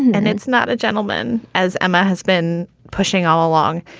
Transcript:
and it's not a gentleman, as emma has been pushing all along.